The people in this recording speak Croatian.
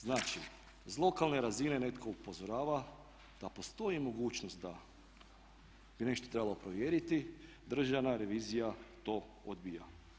Znači iz lokalne razine netko upozorava da postoji mogućnost da bi nešto trebalo provjeriti, državna revizija to odbija.